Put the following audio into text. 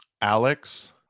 alex